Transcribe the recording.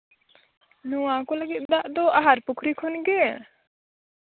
ᱱᱚᱣᱟ ᱠᱚ ᱞᱟᱹᱜᱤᱫ ᱫᱟᱜ ᱫᱚ ᱟᱦᱟᱨ ᱯᱩᱠᱷᱨᱤ ᱠᱷᱚᱱ ᱜᱮ